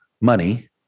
money